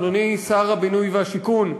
אדוני שר הבינוי והשיכון,